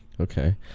okay